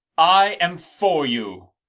i am for you.